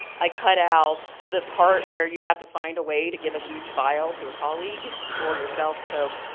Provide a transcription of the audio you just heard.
i cut out the part where you have to find a way to give a huge file to colleague or yourself. so